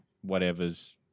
whatever's